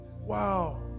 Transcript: Wow